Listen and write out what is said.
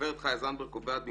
הגברת חיה זנדברג קובעת במפורש: